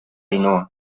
ainhoa